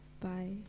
bye